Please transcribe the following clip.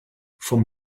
vom